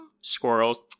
Squirrels